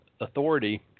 authority